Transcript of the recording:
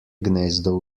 gnezdo